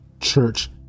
church